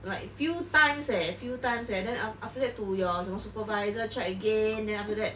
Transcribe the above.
like few times leh few times leh then after that to your 什么 supervisor check again then after that